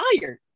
tired